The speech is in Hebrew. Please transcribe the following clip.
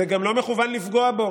זה גם לא מכוון לפגוע בו.